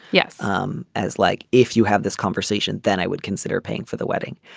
yes um as like if you have this conversation then i would consider paying for the wedding.